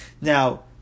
Now